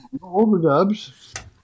overdubs